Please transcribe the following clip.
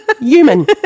Human